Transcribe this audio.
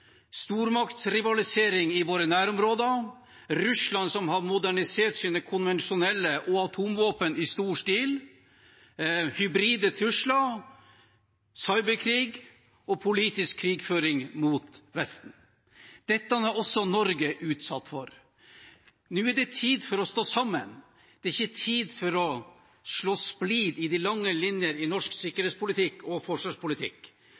stormaktsrivalisering i våre nærområder, Russland, som har modernisert sine konvensjonelle våpen og atomvåpen i stor stil, og hybride trusler, cyberkrig og politisk krigføring mot Vesten. Dette er også Norge utsatt for. Nå er det tid for å stå sammen – det er ikke tid for å så splid om de lange linjer i norsk sikkerhetspolitikk og forsvarspolitikk.